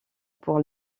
pour